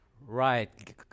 Right